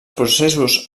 processos